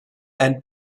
and